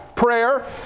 prayer